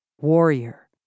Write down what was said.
warrior